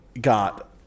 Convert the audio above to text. got